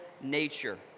nature